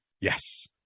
Yes